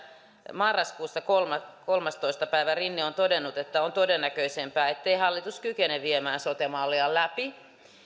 marraskuussa kolmastoista kolmastoista päivä rinne on todennut että on todennäköisempää ettei hallitus kykene viemään sote mallia läpi